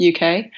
UK